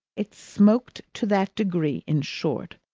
it smoked to that degree, in short,